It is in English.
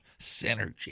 Synergy